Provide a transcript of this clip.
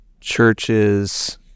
churches